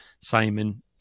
Simon